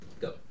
Go